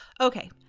Okay